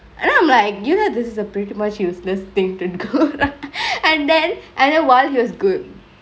and then I'm like you know this is a pretty much useless thingk to do and then and then while he was good